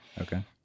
Okay